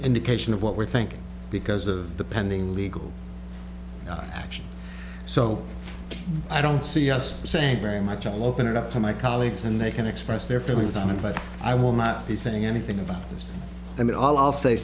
indication of what we're thinking because of the pending legal action so i don't see us saying very much i'll open it up to my colleagues and they can express their feelings on it but i will not be saying anything about this i mean all i'll say